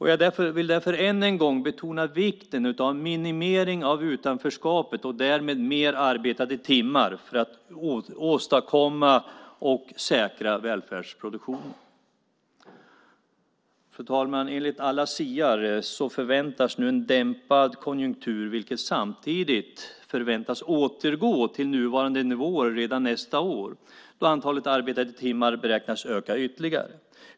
Jag vill därför än en gång betona vikten av en minimering av utanförskapet och därmed mer arbetade timmar för att åstadkomma och säkra välfärdsproduktionen. Fru talman! Enligt alla siare förväntas nu en dämpad konjunktur som samtidigt förväntas återgå till nuvarande nivåer redan nästa år, då antalet arbetade timmar beräknas öka ytterligare.